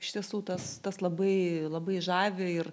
iš tiesų tas tas labai labai žavi ir